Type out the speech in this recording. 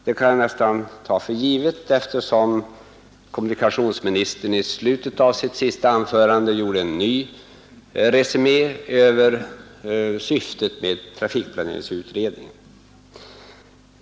Det kan man nästan ta för givet, eftersom kommunikationsministern i slutet av sitt senaste anförande gjorde en ny resumé av syftet med trafikplaneringsutredningeh.